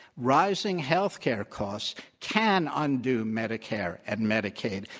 rising health care costs can undue medicare and medicaid,